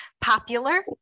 popular